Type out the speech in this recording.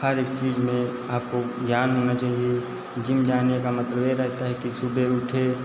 हर एक चीज़ में आपको ज्ञान होना चहिए जिम जाने का मतलब यह रहता है कि सुबह उठे